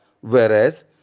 whereas